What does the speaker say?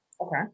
Okay